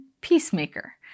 peacemaker